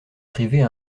privée